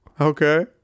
Okay